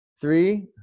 three